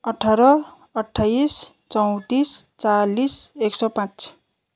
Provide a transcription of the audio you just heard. अठार अट्ठाइस चौँतिस चालिस एक सय पाँच